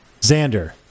Xander